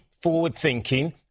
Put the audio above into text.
forward-thinking